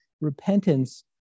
repentance